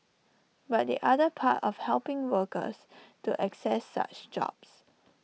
but the other part of helping workers to access such jobs